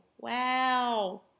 wow